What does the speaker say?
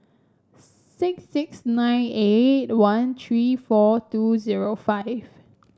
six six nine eight one three four two zero five